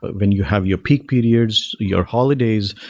when you have your peak periods, your holidays.